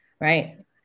right